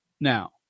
now